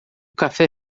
café